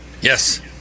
Yes